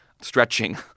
stretching